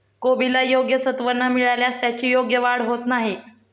कोबीला योग्य सत्व न मिळाल्यास त्याची योग्य वाढ होत नाही